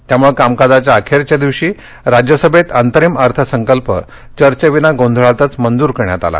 त्यामुळे कामकाजाच्या अखेरच्या दिवशी राज्यसभेत अंतरिम अर्थसंकल्प चर्चेविना गोंधळातच मंजूर करण्यात आला